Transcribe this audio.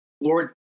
Lord